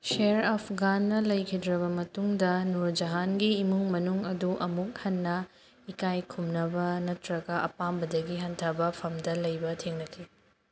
ꯁꯦꯔ ꯑꯐꯒꯥꯟꯅ ꯂꯩꯈꯤꯗ꯭ꯔꯕ ꯃꯇꯨꯡꯗ ꯅꯨꯔ ꯖꯥꯍꯥꯟꯒꯤ ꯏꯃꯨꯡ ꯃꯅꯨꯡ ꯑꯗꯨ ꯑꯃꯨꯛ ꯍꯟꯅ ꯏꯀꯥꯏ ꯈꯨꯝꯅꯕ ꯅꯠꯇ꯭ꯔꯒ ꯑꯄꯥꯝꯕꯗꯒꯤ ꯍꯟꯊꯕ ꯃꯐꯝꯗ ꯂꯩꯕ ꯊꯦꯡꯅꯈꯤ